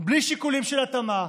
בלי שיקולים של התאמה,